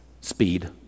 speed